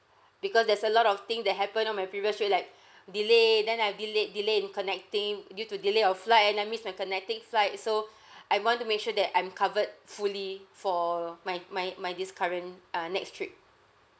because there's a lot of thing that happened on my previous trip like delay then I delay delay in connecting due to delay of flight and I miss my connecting flight so I want to make sure that I'm covered fully for my my my this current uh next trip